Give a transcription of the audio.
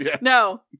no